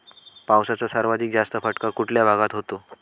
पावसाचा सर्वाधिक जास्त फटका कुठल्या भागात होतो?